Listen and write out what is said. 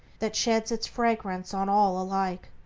that sheds its fragrance on all alike.